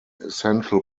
essential